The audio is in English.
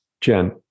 Jen